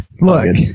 look